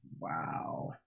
Wow